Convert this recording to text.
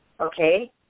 Okay